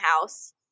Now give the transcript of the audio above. house